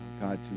God